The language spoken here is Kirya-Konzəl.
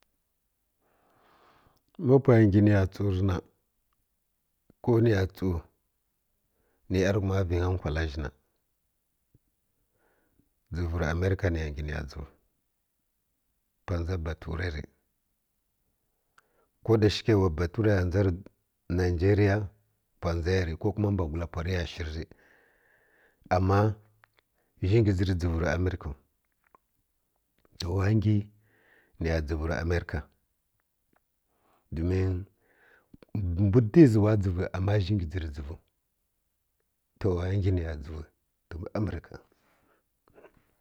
Ma pwaya ngi niya tsurǝ na ko niya tsu nǝ ˈyarughuma vainyi nkwala zhi na dzǝvurǝ america niya ngi niyan dzuvǝ pwa ndza baturai ri koda yakyai wa baturaiya ndza mbǝ najǝriya pwa nzayari ko kuma mbwagula pwa riya shǝri ri ama zhingi dzǝr dzǝvurǝ amirkau to waya ngyi niya dzǝvurǝ america domin mbu dizǝ wa dzǝvu ama zhi ngi dzǝr zdǝvu to waya ngi niya dzǝvurǝ pwughǝ america